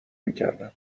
میکردم